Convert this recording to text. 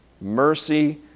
Mercy